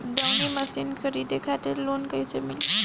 दऊनी मशीन खरीदे खातिर लोन कइसे मिली?